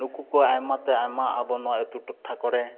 ᱱᱩᱠᱩ ᱠᱚᱣᱟᱜ ᱟᱭᱢᱟᱛᱮ ᱟᱭᱢᱟ ᱟᱵᱚ ᱱᱚᱣᱟ ᱟᱹᱛᱩ ᱴᱚᱴᱷᱟ ᱠᱚᱨᱮ